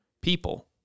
people